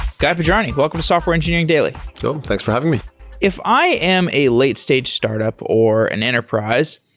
guy podjarny, welcome to software engineering daily so thanks for having me if i am a late stage startup or an enterprise,